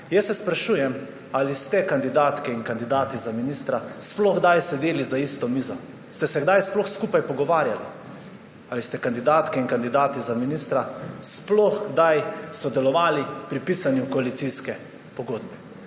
Sprašujem se, ali ste kandidatke in kandidati za ministre sploh kdaj sedeli za isto mizo. Ste se kdaj sploh skupaj pogovarjali? Ali ste kandidatke in kandidati za ministre sploh kdaj sodelovali pri pisanju koalicijske pogodbe?